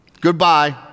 Goodbye